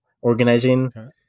Organizing